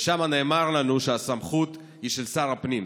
ושם נאמר לנו שהסמכות היא של שר הפנים,